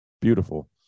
beautiful